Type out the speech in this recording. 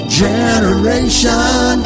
generation